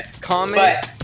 comment